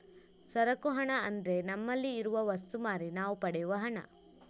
ಸರಕು ಹಣ ಅಂದ್ರೆ ನಮ್ಮಲ್ಲಿ ಇರುವ ವಸ್ತು ಮಾರಿ ನಾವು ಪಡೆಯುವ ಹಣ